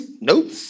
nope